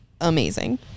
amazing